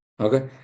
okay